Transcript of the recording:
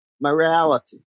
morality